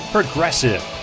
Progressive